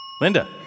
Linda